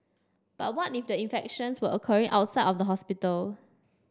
but what if the infections were occurring outside of the hospital